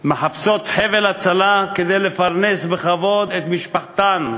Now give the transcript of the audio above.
מחפשות חבל הצלה כדי לפרנס בכבוד את עצמן,